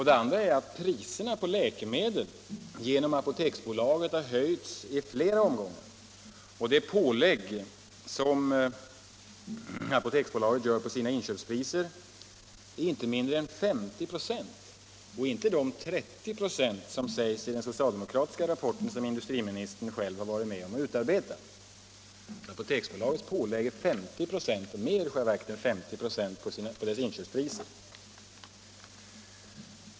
Det andra är att priserna på läkemedel genom Apoteksbolaget har höjts i flera omgångar. Det pålägg Apoteksbolaget gör på sina inköpspriser är inte mindre än 50 96, inte 30 26 som sägs i den socialdemokratiska rapport som industriministern själv har varit med om att utarbeta. Apoteksbolaget lägger på 50 96 eller mer på inköpspriset.